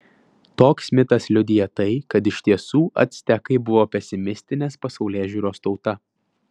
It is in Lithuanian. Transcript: toks mitas liudija tai kad iš tiesų actekai buvo pesimistinės pasaulėžiūros tauta